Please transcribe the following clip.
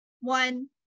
one